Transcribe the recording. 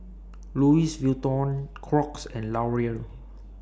Louis Vuitton Crocs and Laurier